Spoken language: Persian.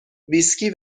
ویسکی